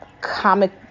comic